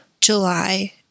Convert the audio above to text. July